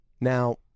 Now